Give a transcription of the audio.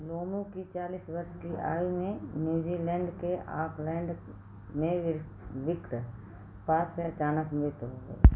Lomu की चालीस वर्ष की आयु में न्यूजीलैंड के ऑकलैंड में वृक्क पात से अचानक मृतु हो गई